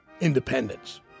Independence